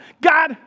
God